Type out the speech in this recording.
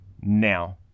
now